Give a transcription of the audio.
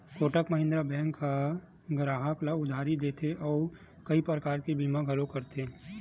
Kotak Mahindra bank ह गराहक ल उधारी देथे अउ कइ परकार के बीमा घलो करथे